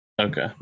Okay